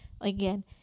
again